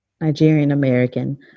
Nigerian-American